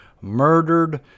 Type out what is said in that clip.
murdered